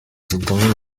vitamine